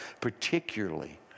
particularly